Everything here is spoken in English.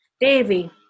Davy